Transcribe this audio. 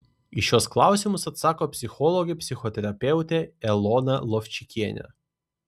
į šiuos klausimus atsako psichologė psichoterapeutė elona lovčikienė